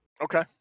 Okay